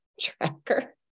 tracker